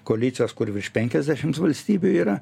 koalicijos kur virš penkiasdešims valstybių yra